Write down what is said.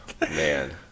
man